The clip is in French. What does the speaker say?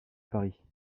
paris